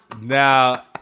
Now